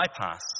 bypass